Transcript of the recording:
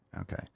Okay